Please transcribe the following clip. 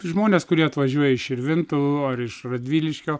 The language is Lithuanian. žmonės kurie atvažiuoja iš širvintų ar iš radviliškio